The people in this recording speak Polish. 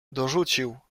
dorzucił